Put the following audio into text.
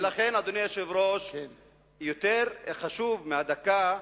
לכן, אדוני היושב-ראש, יותר חשוב מהדקה,